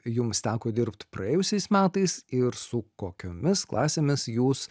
jums teko dirbt praėjusiais metais ir su kokiomis klasėmis jūs